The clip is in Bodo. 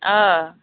ओ